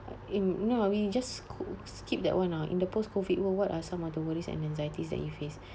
in ya we just co~ skip that one ah in the post-COVID world what are some are the worries and anxieties that you face